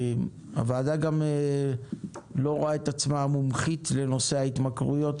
הוועדה לא רואה את עצמה מומחית לנושא ההתמכרויות.